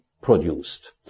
produced